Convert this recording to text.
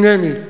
הנני.